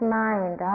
mind